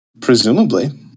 Presumably